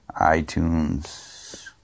iTunes